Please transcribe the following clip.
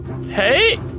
Hey